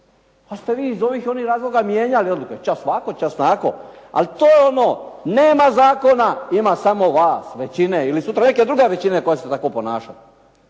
Ali ste vi iz ovih i onih razloga mijenjali odluke, čas ovako, čas onako ali to je ono nema zakona ima samo vas većine ili sutra neke druge većine koja će se tako ponašati.